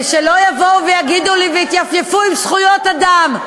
ושלא יבואו ויגידו לי ויתייפייפו עם זכויות אדם.